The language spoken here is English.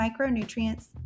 micronutrients